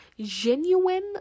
genuine